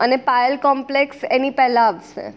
અને પાયલ કોમ્પ્લેક્સ એની પહેલા આવશે